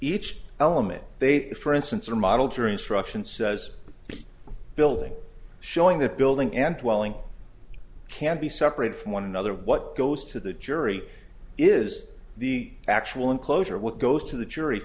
each element they pay for instance or model jury instruction says the building showing that building and can be separate from one another what goes to the jury is the actual enclosure what goes to the jury